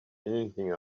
anything